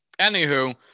Anywho